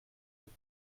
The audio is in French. vous